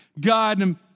God